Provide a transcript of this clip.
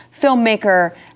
filmmaker